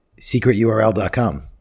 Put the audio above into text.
secreturl.com